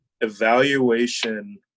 evaluation